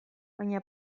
baina